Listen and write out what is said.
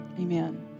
Amen